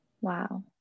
Wow